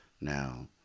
Now